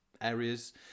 areas